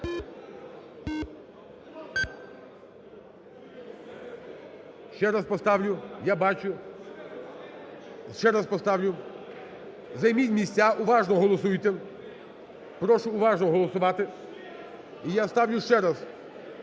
Ще раз поставлю, я бачу, ще раз поставлю. Займіть місця, уважно голосуйте. Прошу уважно голосувати. І я ставлю ще раз